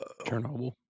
chernobyl